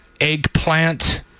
eggplant